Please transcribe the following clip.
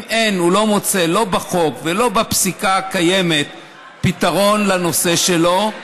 אם הוא לא מוצא לא בחוק ולא בפסיקה הקיימת פתרון לנושא שלו,